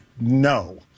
No